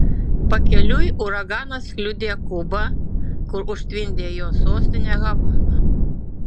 pakeliui uraganas kliudė kubą kur užtvindė jos sostinę havaną